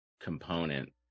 component